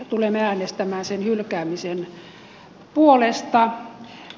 tulemme äänestämään sen hylkäämisen puolesta